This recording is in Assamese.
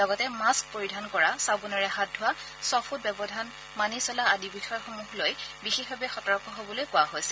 লগতে মাস্থ পৰিধান কৰা চাবোনেৰে হাত ধোৱা ছফুট ব্যৱধান মানি চলা আদি বিষয়সমূহক লৈ বিশেষভাৱে সতৰ্ক হ'বলৈ কোৱা হৈছে